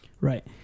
right